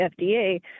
FDA